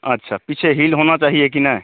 अच्छा पीछे हील होना चाहिए कि नहीं